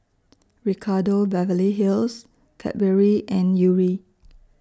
Ricardo Beverly Hills Cadbury and Yuri